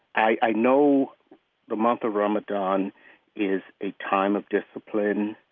i know the month of ramadan is a time of discipline,